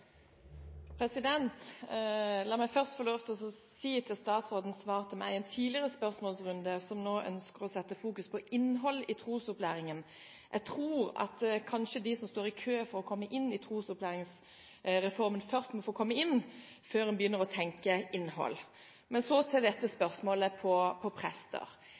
oppfølgingsspørsmål. La meg først få lov til å si til statsrådens svar til meg i en tidligere spørsmålsrunde, der hun nå ønsker å fokusere på innholdet i trosopplæringen. Jeg tror kanskje at de som står i kø for å komme inn i trosopplæringsreformen, først må få komme inn før en begynner å tenke innhold. Så til dette spørsmålet om prester.